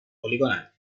poligonal